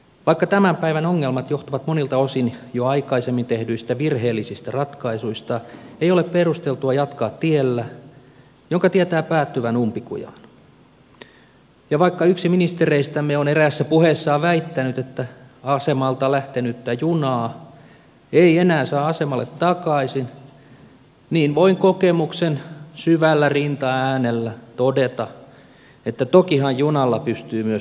vaikka tämän päivän ongelmat johtuvat monilta osin jo aikaisemmin tehdyistä virheellisistä ratkaisuista ei ole perusteltua jatkaa tiellä jonka tietää päättyvän umpikujaan ja vaikka yksi ministereistämme on eräässä puheessaan väittänyt että asemalta lähtenyttä junaa ei enää saa asemalle takaisin niin voin kokemuksen syvällä rintaäänellä todeta että tokihan junalla pystyy myös peruuttamaan